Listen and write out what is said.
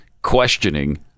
Questioning